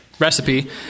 Recipe